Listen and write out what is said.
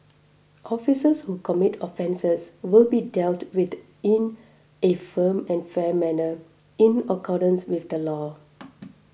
officers who commit offences will be dealt with in a firm and fair manner in accordance with the law